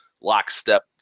lockstep